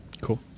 Cool